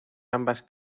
ambas